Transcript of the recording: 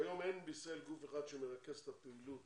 כיום אין בישראל גוף אחד שמרכז את הפעילות